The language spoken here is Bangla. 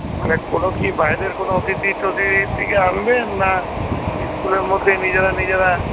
মানে কোন কি বাইরের কোন অথিতি তথিতি থেকে আনবেন না স্কুলের মধ্যে নিজেরা নিজেরা